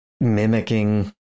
mimicking